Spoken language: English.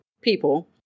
people